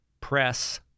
Press